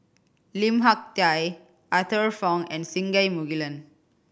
Lim Hak Tai Arthur Fong and Singai Mukilan